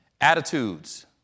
Attitudes